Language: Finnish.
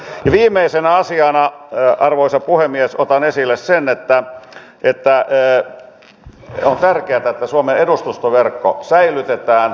ja viimeisenä asiana arvoisa puhemies otan esille sen että on tärkeätä että suomen edustustoverkko säilytetään